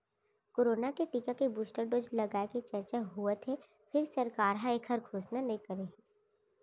corona के टीका के बूस्टर डोज लगाए के चरचा होवत हे फेर सरकार ह एखर घोसना नइ करे हे